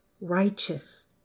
righteous